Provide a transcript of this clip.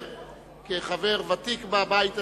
כחבר ותיק בבית הזה,